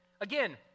Again